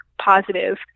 positive